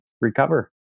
recover